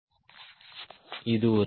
slide நேரம் 0955 ஐப் பார்க்கவும்